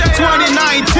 2019